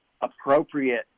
appropriate